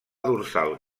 dorsal